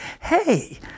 hey